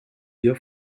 wir